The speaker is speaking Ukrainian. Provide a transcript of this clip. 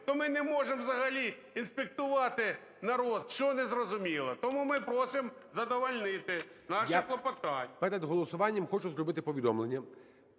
то ми не можемо взагалі інспектувати народ. Що незрозуміло? Тому ми просимо задовольнити наше клопотання. ГОЛОВУЮЧИЙ. Я перед голосування хочу зробити повідомлення.